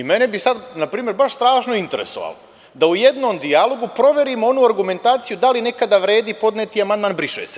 Mene bi sad, na primer, baš strašno interesovalo da u jednom dijalogu proverimo onu argumentaciju da li nekada vredi podneti amandman „briše se“